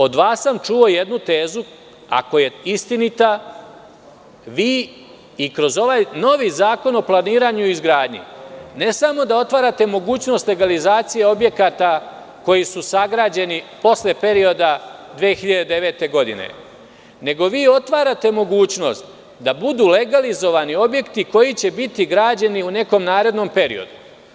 Od vas sam čuo jednu tezu, ako je istinita, vi i kroz ovaj novi Zakon o planiranju i izgradnji ne samo da otvarate mogućnost legalizacije objekata koji su sagrađeni posle perioda 2009. godine, nego vi otvarate mogućnost da budu legalizovani objekti koji će biti građeni u nekom narednom periodu.